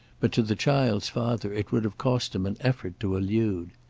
but to the child's father it would have cost him an effort to allude.